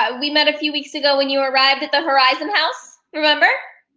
ah we met a few weeks ago when you arrived at the horizon house, remember?